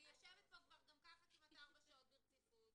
אני יושבת פה גם ככה כמעט ארבע שעות ברציפות,